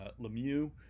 lemieux